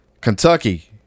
Kentucky